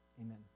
amen